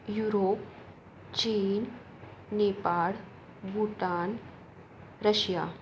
Europe चीन Nepal Bhutan Russia